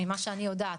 ממה שאני יודעת,